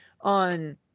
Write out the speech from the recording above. on